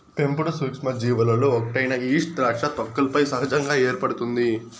పెంపుడు సూక్ష్మజీవులలో ఒకటైన ఈస్ట్ ద్రాక్ష తొక్కలపై సహజంగా ఏర్పడుతుంది